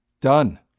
Done